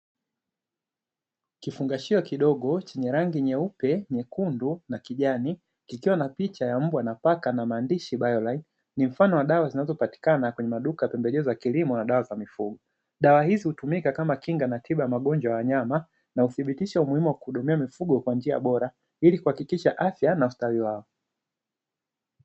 Kifungashio kidogo chenye rangi nyeupe, nyekundu na kijani kikiwa na picha ya mbwa na paka na maandishi Bayolaini, ni mfano wa dawa zinazopatikana kwenye maduka ya pembejeo za kilimo na dawa za mifugo, dawa hizi hutumika kama kinga na tiba ya magonjwa ya wanyama na huthibitisha umuhimu wa kuhudumia mifugo kwa njia bora ili kuhakikisha afya na ustawi wao.